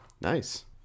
Nice